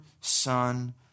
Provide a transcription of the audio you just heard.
son